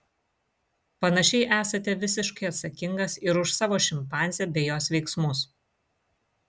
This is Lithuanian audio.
panašiai esate visiškai atsakingas ir už savo šimpanzę bei jos veiksmus